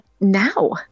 now